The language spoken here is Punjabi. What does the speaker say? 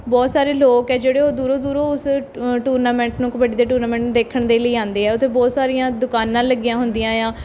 ਬਹੁਤ ਸਾਰੇ ਲੋਕ ਹੈ ਜਿਹੜੇ ਉਹ ਦੂਰੋਂ ਦੂਰੋਂ ਉਸ ਟੂਰਨਾਮੈਂਟ ਨੂੰ ਕਬੱਡੀ ਦੇ ਟੂਰਨਾਮੈਂਟ ਨੂੰ ਦੇਖਣ ਦੇ ਲਈ ਆਉਂਦੇ ਆ ਉੱਥੇ ਬਹੁਤ ਸਾਰੀਆਂ ਦੁਕਾਨਾਂ ਲੱਗੀਆਂ ਹੁੰਦੀਆਂ ਆ